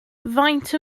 faint